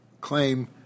claim